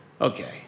Okay